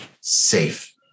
safe